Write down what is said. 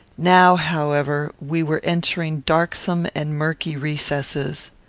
now, however, we were entering darksome and murky recesses.